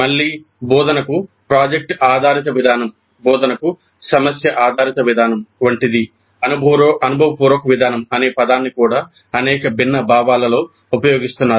మళ్ళీ బోధనకు ప్రాజెక్ట్ ఆధారిత విధానం బోధనకు సమస్య ఆధారిత విధానం వంటిది అనుభవపూర్వక విధానం అనే పదాన్ని కూడా అనేక విభిన్న భావాలలో ఉపయోగిస్తున్నారు